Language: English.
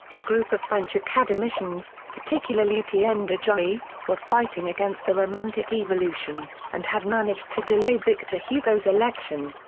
a group of french academicians, particularly etienne de jouy, were fighting against the romantic evolution and had managed to delay victor hugo's election.